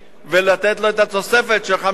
ולתת לו את התוספת של 5%,